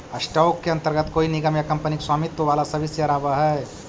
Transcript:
stock के अंतर्गत कोई निगम या कंपनी के स्वामित्व वाला सभी शेयर आवऽ हइ